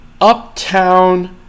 uptown